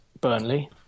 Burnley